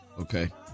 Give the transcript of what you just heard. Okay